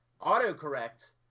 autocorrect